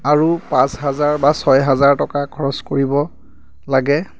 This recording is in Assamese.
আৰু পাঁচ হাজাৰ বা ছয় হাজাৰ টকা খৰচ কৰিব লাগে